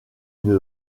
une